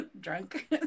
drunk